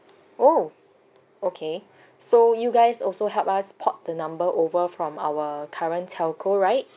oh okay so you guys also help us port the number over from our current telco right